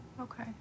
Okay